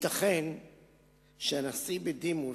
ייתכן שהנשיא בדימוס,